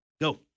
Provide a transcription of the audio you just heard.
Go